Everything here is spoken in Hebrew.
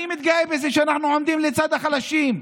אני מתגאה בזה שאנחנו עומדים לצד החלשים,